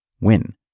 win